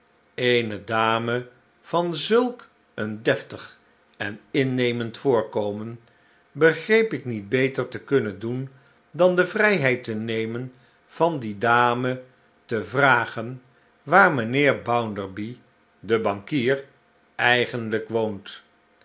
eene dame van zulk een deftig en innemend voorkomen begreep ik niet beter te kunnen doen dan de vrijheid te nemen van die dame te vragen waar mijnheer bounderby de bankier eigenlijk woont